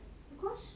because